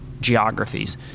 geographies